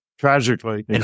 Tragically